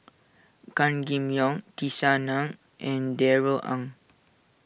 Gan Kim Yong Tisa Ng and Darrell Ang